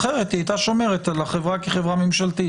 אחרת היא הייתה שומרת על החברה כחברה ממשלתית.